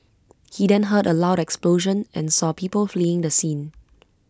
he then heard A loud explosion and saw people fleeing the scene